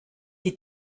die